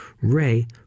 ray